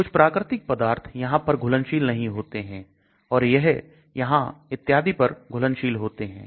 कुछ प्राकृतिक पदार्थ यहां पर घुलनशील नहीं होते हैं और यह यहां इत्यादि पर घुलनशील होते हैं